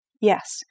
Yes